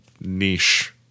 niche